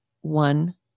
One